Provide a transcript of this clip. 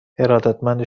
ارادتمند